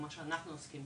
במה שאנחנו עוסקים,